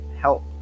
help